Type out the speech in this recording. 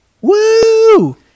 Woo